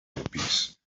polpís